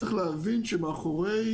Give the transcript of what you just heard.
צריך להבין שמאחורי